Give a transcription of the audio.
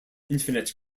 infinite